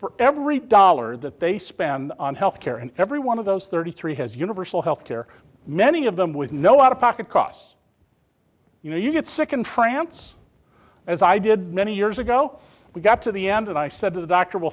for every dollar that they spend on health care and every one of those thirty three has universal health care many of them with no out of pocket costs you know you get sick in france as i did many years ago we got to the end and i said to the doctor will